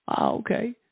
okay